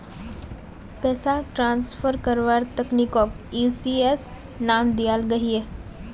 पैसाक ट्रान्सफर कारवार तकनीकोक ई.सी.एस नाम दियाल गहिये